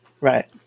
Right